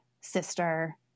sister